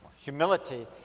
humility